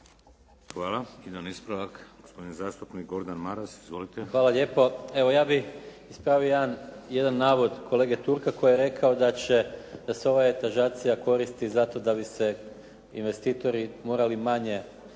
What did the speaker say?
Hvala. Jedan ispravak, gospodin zastupnik Gordan Maras. Izvolite. **Maras, Gordan (SDP)** Hvala lijepo. Evo ja bih ispravio jedan navod kolege Turka koji je rekao da će, da se ova etažacija koristi zato da bi se investitori morali manje